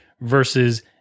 versus